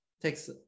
takes